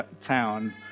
town